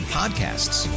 podcasts